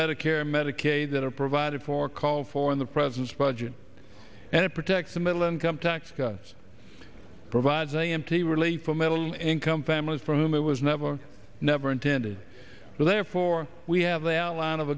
medicare medicaid that are provided for call for in the president's budget and it protects the middle income tax cuts provides a m t relate for middle income families for whom it was never never intended so therefore we have the outline of